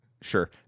Sure